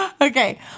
Okay